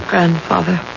Grandfather